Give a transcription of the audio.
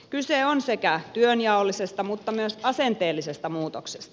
kyse on sekä työnjaollisesta että myös asenteellisesta muutoksesta